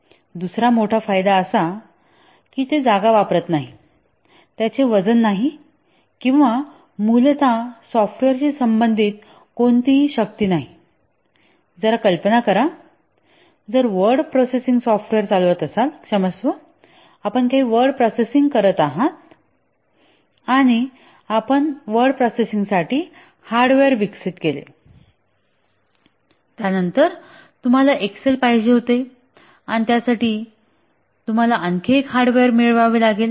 दुसरा मोठा फायदा असा आहे की जागा वापरत नाही त्याचे वजन नाही किंवा मूलतः सॉफ्टवेअरशी संबंधित कोणतीही शक्ती नाही जरा कल्पना करा जर आपण वर्ड प्रोसेसिंग सॉफ्टवेअर चालवत असाल क्षमस्व आपण काही वर्ड प्रोसेसिंग करीत आहात आणि मग आपण वर्ड प्रोसेसिंगसाठी हार्डवेअर विकसित केले त्यानंतर तुम्हाला एक्सेल पाहिजे होते आणि त्यासाठी तुम्हाला आणखी एक हार्डवेअर मिळवावे लागेल